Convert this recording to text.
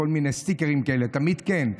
וכל מיני סטיקרים כאלה של "תמיד כן".